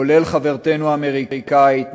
כולל חברתנו האמריקנית,